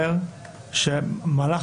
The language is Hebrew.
אבל על פי החוק היבש זה אומר שמהלך